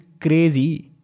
crazy